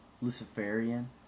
luciferian